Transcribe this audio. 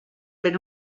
per